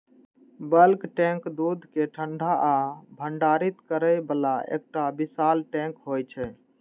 bulk tank दूध कें ठंडा आ भंडारित करै बला एकटा विशाल टैंक होइ छै